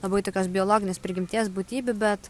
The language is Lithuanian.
labai tokios biologinės prigimties būtybių bet